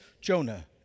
Jonah